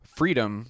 freedom